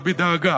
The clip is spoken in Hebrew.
בדאגה